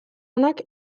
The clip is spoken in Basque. onak